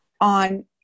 on